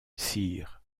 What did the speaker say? sire